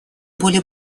более